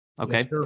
Okay